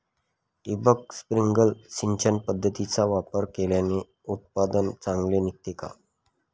ठिबक, स्प्रिंकल सिंचन पद्धतीचा वापर केल्याने उत्पादन चांगले निघते का?